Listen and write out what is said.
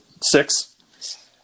Six